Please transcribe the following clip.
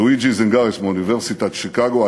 לואיג'י זינגלס, מאוניברסיטת שיקגו,